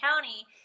County